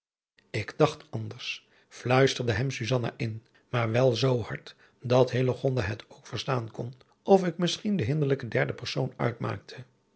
ik dacht anders fluisterde hem susanna in maar wel zoo hard dat hillegonda het ook verstaan kon of ik misschien de hinderlijke derde persoon uitmaakte